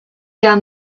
down